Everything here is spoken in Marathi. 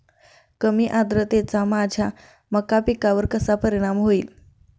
कमी आर्द्रतेचा माझ्या मका पिकावर कसा परिणाम होईल?